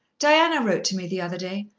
diana wrote to me the other day.